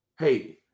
Hey